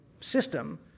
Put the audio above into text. system